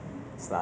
你